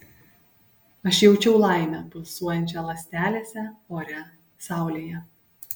aš jaučiau laimę pulsuojančią ląstelėse ore saulėje